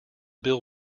bill